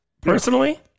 personally